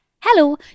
Hello